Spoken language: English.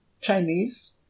Chinese